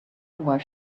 while